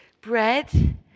bread